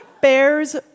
bears